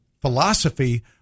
philosophy